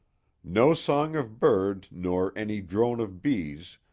no song of bird nor any drone of bees,